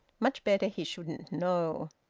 much better he shouldn't know.